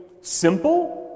simple